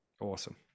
Awesome